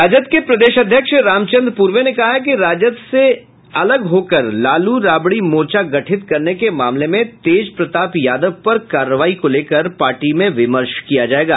राजद के प्रदेश अध्यक्ष रामचंद्र पूर्वे ने कहा है कि राजद से अलग होकर लालू राबड़ी मोर्चा गठित करने के मामले में तेजप्रताप यादव पर कार्रवाई को लेकर पार्टी में विमर्श किया जायेगा